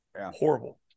horrible